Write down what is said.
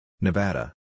Nevada